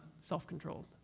self-controlled